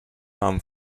haben